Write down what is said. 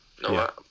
No